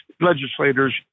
legislators